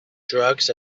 drugs